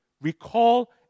Recall